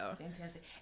Fantastic